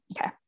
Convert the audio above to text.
Okay